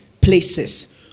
places